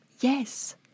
Yes